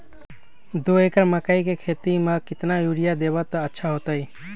दो एकड़ मकई के खेती म केतना यूरिया देब त अच्छा होतई?